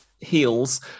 heels